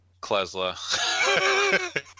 Klesla